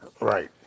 Right